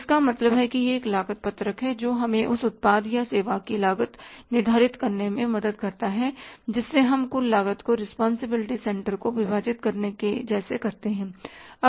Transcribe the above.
इसका मतलब है कि यह एक लागत पत्रक है जो हमें उस उत्पाद या सेवा की लागत निर्धारित करने में मदद करता है जिससे हम कुल लागत को रिस्पांसिबिलिटी सेंटर को विभाजित करने के जैसे करते हैं